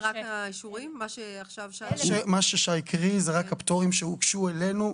מה ששי הקריא, אלה הפטורים שהוגשו אלינו.